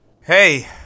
Hey